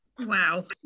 Wow